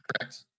Correct